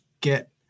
get